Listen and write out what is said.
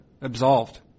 absolved